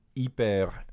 hyper